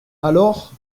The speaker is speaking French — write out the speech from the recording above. alors